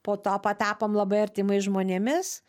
po to patapom labai artimais žmonėmis